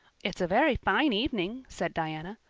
it's a very fine evening, said diana,